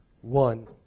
one